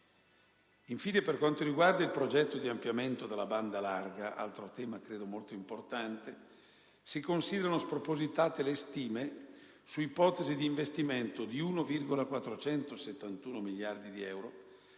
Infine, per quanto riguarda il progetto di ampliamento della banda larga, altro tema molto importante, si considerano spropositate le stime su ipotesi di investimento di 1,471 miliardi di euro